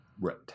Right